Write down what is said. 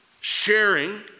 sharing